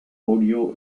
audio